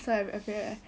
so I afraid ah